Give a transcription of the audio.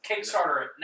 Kickstarter